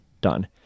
done